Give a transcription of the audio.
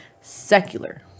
secular